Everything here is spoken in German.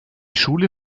schule